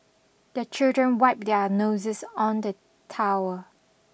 the children wipe their noses on the towel